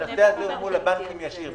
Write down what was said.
הנושא הזה הוא מול הבנקים ישירות.